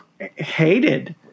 hated